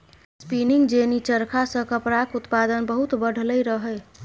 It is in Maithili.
स्पीनिंग जेनी चरखा सँ कपड़ाक उत्पादन बहुत बढ़लै रहय